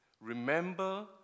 Remember